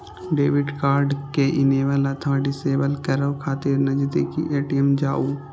debit card कें enable अथवा disable करै खातिर नजदीकी ए.टी.एम जाउ